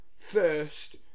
first